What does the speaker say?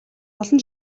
олон